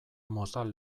mozal